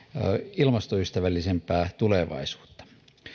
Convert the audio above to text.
ilmastoystävällisempää tulevaisuutta